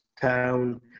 town